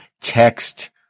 text